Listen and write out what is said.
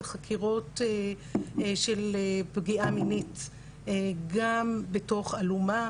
החקירות של פגיעה מינית גם בתוך אלומה,